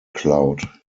cloud